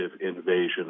invasion